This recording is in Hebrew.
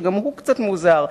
שגם הוא קצת מוזר,